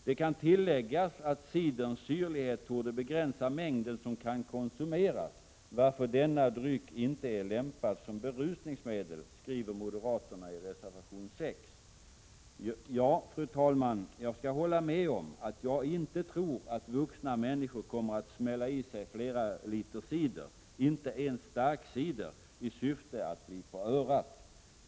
”Det kan tilläggas att ciderns syrlighet torde begränsa mängden som kan konsumeras, varför denna dryck inte är lämpad som berusningsmedel”, skriver moderaterna i reservation 6. Ja, fru talman, jag skall hålla med om att jag inte tror att vuxna människor kommer att smälla i sig flera liter cider — inte ens ”starkcider” — i syfte att bli ”på örat”.